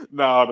no